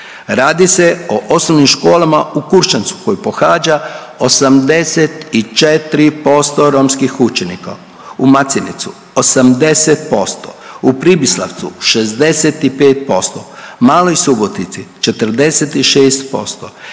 Radi se o osnovnim školama u Kuršancu koji pohađa 84% romskih učenika, u Macincu 80%, u Pribislavcu 65%, Maloj Subotici 46%